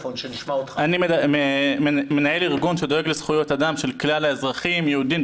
אני מנהל ארגון שדואג לזכויות אדם של כלל האזרחים יהודים,